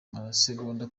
masegonda